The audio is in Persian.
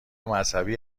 مذهبی